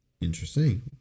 Interesting